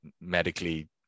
medically